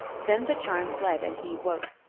then the charm fled, and he awoke.